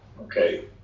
okay